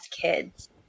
kids